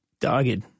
dogged